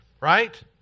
Right